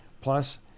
plus